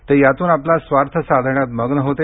ते यातून आपला स्वार्थ साधण्यात मग्न होते